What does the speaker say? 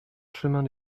chemin